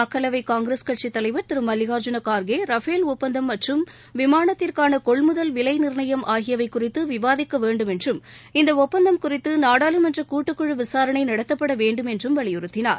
மக்களவை காங்கிரஸ் கட்சி தலைவர் திரு மல்லிகார்ஜூன கார்கே ரஃபேல் ஒப்பந்தம் மற்றும் விமானத்திற்கான கொள்முதல் விலை நிர்ணயம் ஆகியவை குறித்து விவாதிக்க வேண்டும் என்றும் இந்த ஒப்பந்தம் குறித்து நாடாளுமன்ற கூட்டுக்குழு விசாரணை நடத்தப்பட வேண்டும் என்றும் வலியுறுத்தினார்